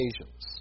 occasions